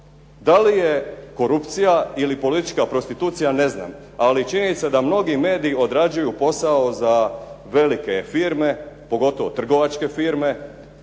Da li je korupcija ili politička prostitucija? Ne znam. Ali je činjenica da mnogi mediji odrađuju posao za velike firme, pogotovo trgovačke firme,